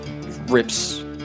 Rips